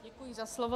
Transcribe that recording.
Děkuji za slovo.